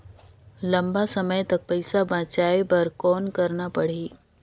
लंबा समय तक पइसा बचाये बर कौन करना पड़ही?